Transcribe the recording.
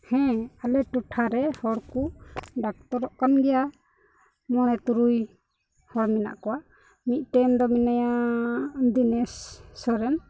ᱦᱮᱸ ᱟᱞᱮ ᱴᱚᱴᱷᱟ ᱨᱮ ᱦᱚᱲ ᱠᱚ ᱰᱟᱠᱛᱚᱨᱚᱜ ᱠᱟᱱ ᱜᱮᱭᱟ ᱢᱚᱬᱮ ᱛᱩᱨᱩᱭ ᱦᱚᱲ ᱢᱮᱱᱟᱜ ᱠᱚᱣᱟ ᱢᱤᱫᱴᱮᱱ ᱫᱚ ᱢᱮᱱᱟᱭᱟ ᱫᱤᱱᱮᱥ ᱥᱚᱨᱮᱱ